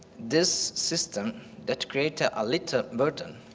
this system that creates a ah little burden